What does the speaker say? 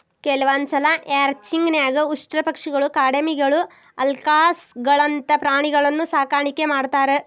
ಕೆಲವಂದ್ಸಲ ರ್ಯಾಂಚಿಂಗ್ ನ್ಯಾಗ ಉಷ್ಟ್ರಪಕ್ಷಿಗಳು, ಕಾಡೆಮ್ಮಿಗಳು, ಅಲ್ಕಾಸ್ಗಳಂತ ಪ್ರಾಣಿಗಳನ್ನೂ ಸಾಕಾಣಿಕೆ ಮಾಡ್ತಾರ